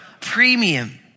premium